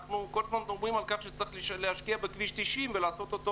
אנחנו כל הזמן מדברים על כך שצריך להשקיע בכביש 90 ולעשות אותו